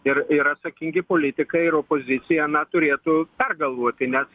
ir yra atsakingi politikai ir opozicija na turėtų pergalvoti ne